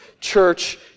church